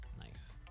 Nice